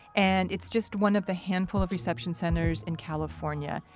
and it's just one of the handful of reception centers in california.